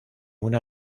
una